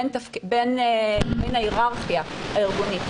בין מין ההיררכיה הארגונית,